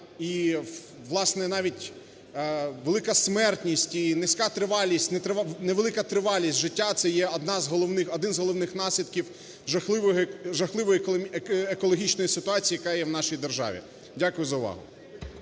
і, власне, навіть велика смертність, і низька тривалість… невелика тривалість життя – це є одна з головних… один з головних наслідків жахливої екологічної ситуації, яка є в нашій державі. Дякую за увагу.